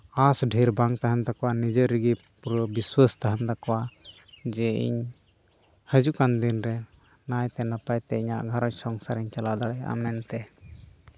ᱦᱟᱥ ᱰᱷᱮᱹᱨ ᱵᱟᱝ ᱛᱟᱦᱮᱱ ᱛᱟᱠᱚᱣᱟ ᱱᱤᱡᱮᱨ ᱨᱮᱜᱮ ᱵᱤᱥᱥᱟᱥ ᱛᱟᱦᱮᱱ ᱛᱟᱠᱚᱣᱟ ᱡᱮ ᱤᱧ ᱦᱤᱡᱩᱜ ᱠᱟᱱ ᱫᱤᱱ ᱨᱮ ᱱᱟᱭ ᱛᱮ ᱱᱟᱯᱟᱭ ᱛᱮ ᱤᱧᱟᱹᱜ ᱜᱷᱟᱨᱚᱸᱡᱽ ᱥᱚᱝᱥᱟᱨᱤᱧ ᱪᱟᱞᱟᱣ ᱫᱟᱲᱮᱭᱟᱜᱼᱟ ᱢᱮᱱᱛᱮ